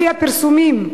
לפי הפרסומים,